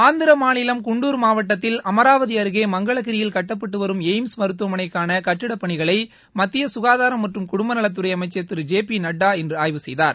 ஆந்திர மாநிலம் குண்டூர் மாவட்டத்தில் அமராவதி அருகே மங்களகிரியில் கட்டப்பட்டு வரும் எய்ம்ஸ் மருத்துவமனைக்கான கட்டிட பணிகளை மத்திய சுகாதாரம் மற்றும் குடும்பநலத்துறை அமைச்சர் திரு ஜே பி நட்டா இன்று ஆய்வு செய்தார்